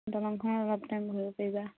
দলঙখনত অলপ টাইম বহিব পাৰিবা